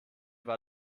war